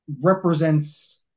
represents